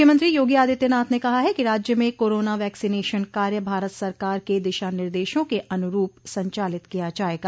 मुख्यमंत्री योगी आदित्यनाथ ने कहा है कि राज्य में कोरोना वैक्सीनेशन कार्य भारत सरकार के दिशा निर्देशों के अनुरूप संचालित किया जायेगा